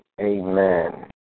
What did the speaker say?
Amen